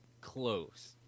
close